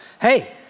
Hey